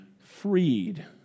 freed